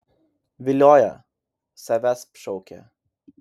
vilioja savęsp šaukia